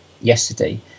yesterday